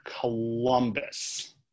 Columbus